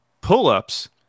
Pull-ups